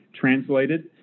translated